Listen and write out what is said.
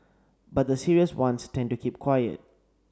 but the serious ones tend to keep quiet